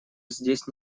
здесь